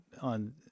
on